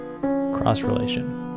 cross-relation